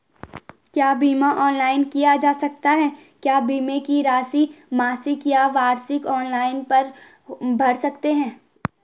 क्या बीमा ऑनलाइन किया जा सकता है क्या बीमे की राशि मासिक या वार्षिक ऑनलाइन भर सकते हैं?